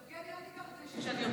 יבגני, אל תיקח את זה אישי שאני יוצאת.